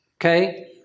Okay